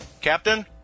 Captain